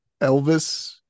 Elvis